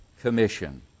commission